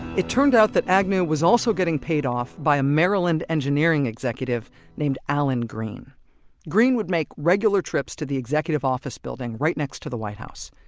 it turned out that agnew was also getting paid off by a maryland engineering executive named allen green green would make regular trips to the executive office building right next to the white house.